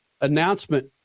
announcement